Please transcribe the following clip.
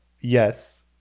Yes